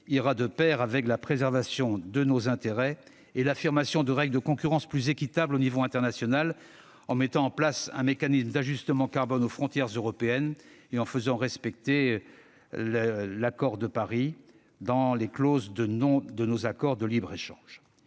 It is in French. ira de pair avec la préservation de nos intérêts et l'affirmation de règles de concurrence plus équitables au niveau international, en mettant en place un mécanisme d'ajustement carbone aux frontières européennes et en faisant du respect de l'accord de Paris une clause essentielle de nos accords de libre-échange.